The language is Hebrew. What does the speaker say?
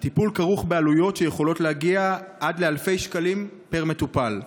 הטיפול כרוך בעלויות שיכולות להגיע עד לאלפי שקלים פר מטופל.